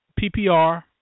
PPR